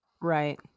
Right